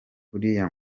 buriya